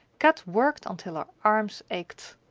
kat worked until her arms ached.